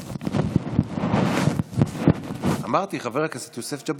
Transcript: תודה, אדוני היושב בראש.